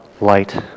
light